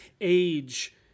age